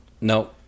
No